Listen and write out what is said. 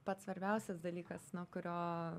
pats svarbiausias dalykas nuo kurio